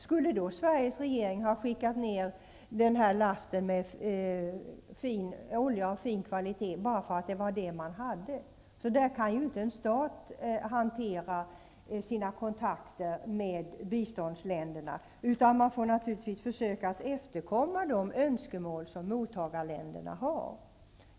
Skulle då Sveriges regering ha sänt ned den här lasten av olja av fin kvalitet, bara därför att det var det man hade? Så kan ju inte en stat hantera sina kontakter med biståndsländerna, utan man får naturligtvis lov att försöka efterkomma de önskemål som mottagarländerna har.